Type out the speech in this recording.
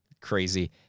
crazy